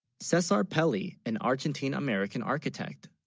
says our pelle yeah an argentine american architect